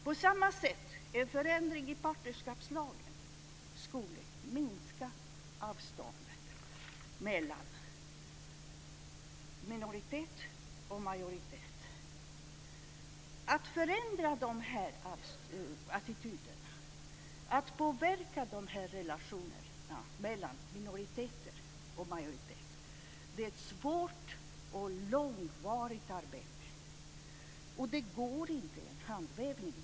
På samma sätt skulle en förändring i partnerskapslagen minska avståndet mellan minoriteter och majoritet. Att förändra de här attityderna och påverka relationerna mellan minoriteter och majoritet är ett svårt och långvarigt arbete som inte görs i en handvändning.